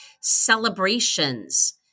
celebrations